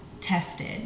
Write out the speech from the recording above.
tested